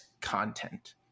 content